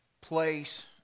place